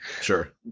Sure